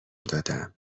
دادم